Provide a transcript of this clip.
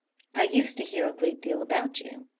i used to hear a great deal about you,